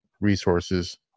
resources